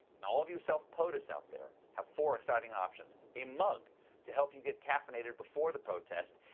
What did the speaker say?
now, all of you self-potus out there have four exciting options a mug to help you get caffeinated before the protest,